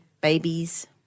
Babies